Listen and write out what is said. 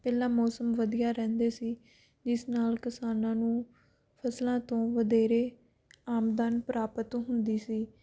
ਪਹਿਲਾਂ ਮੌਸਮ ਵਧੀਆ ਰਹਿੰਦੇ ਸੀ ਜਿਸ ਨਾਲ ਕਿਸਾਨਾਂ ਨੂੰ ਫਸਲਾਂ ਤੋਂ ਵਧੇਰੇ ਆਮਦਨ ਪ੍ਰਾਪਤ ਹੁੰਦੀ ਸੀ